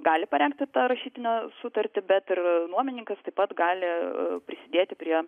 gali parengti tą rašytinę sutartį bet ir nuomininkas taip pat gali prisidėti prie